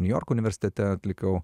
niujorko universitete atlikau